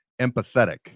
empathetic